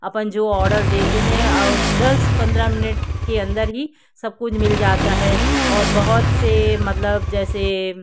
अपन जो ऑर्डर देते हैं दस पंद्रह मिनिट के अंदर ही सब कुछ मिल जाता है और बहुत से मतलब जैसे